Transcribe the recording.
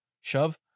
Shove